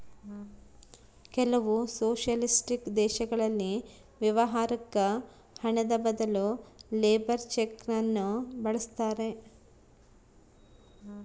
ಕೆಲವು ಸೊಷಲಿಸ್ಟಿಕ್ ದೇಶಗಳಲ್ಲಿ ವ್ಯವಹಾರುಕ್ಕ ಹಣದ ಬದಲು ಲೇಬರ್ ಚೆಕ್ ನ್ನು ಬಳಸ್ತಾರೆ